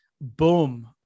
boom